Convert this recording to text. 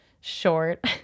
short